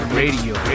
radio